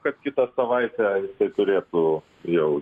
kad kitą savaitę turėtų jau